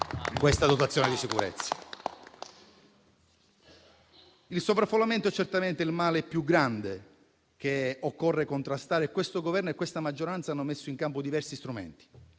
questa dotazione di sicurezza. Il sovraffollamento è certamente il male più grande che occorre contrastare e questo Governo e questa maggioranza hanno messo in campo diversi strumenti.